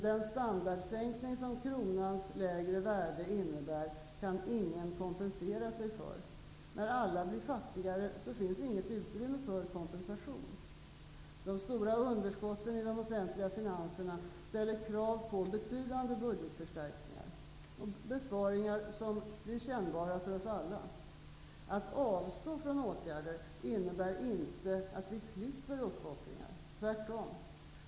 Den standardsänkning som kronans lägre värde innebär kan ingen kompensera sig för. När alla blir fattigare finns inget utrymme för kompensation. De stora underskotten i de offentliga finanserna ställer krav på betydande budgetförstärkningar, besparingar som blir kännbara för oss alla. Att avstå från åtgärder innebär inte att vi slipper uppoffringar -- tvärtom.